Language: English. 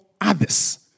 others